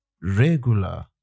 regular